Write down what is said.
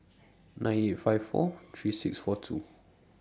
nine eight five four three six four two